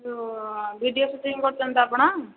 ଏଇ ଯେଉଁ video shooting କରୁଛନ୍ତି ତ ଆପଣ